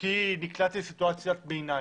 כי נקלעתי לסיטואציית ביניים.